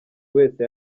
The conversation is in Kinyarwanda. wese